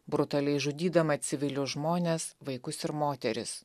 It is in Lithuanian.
brutaliai žudydama civilius žmones vaikus ir moteris